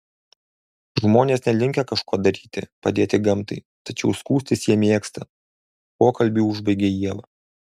žmonės nelinkę kažko daryti padėti gamtai tačiau skųstis jie mėgsta pokalbį užbaigė ieva